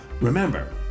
remember